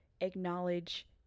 acknowledge